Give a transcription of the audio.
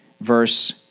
verse